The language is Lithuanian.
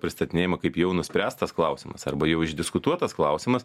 pristatinėjama kaip jau nuspręstas klausimas arba jau išdiskutuotas klausimas